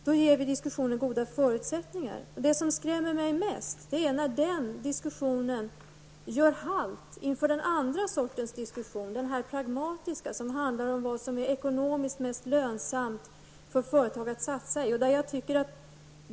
Det som skrämmer mig mest är när man i den här diskussionen gör halt vid den andra sortens diskussion -- dvs. den pragmatiska diskussionen, som handlar om vad som är ekonomiskt mest lönsamt för företagen att satsa på.